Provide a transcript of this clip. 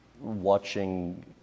watching